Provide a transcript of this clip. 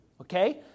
Okay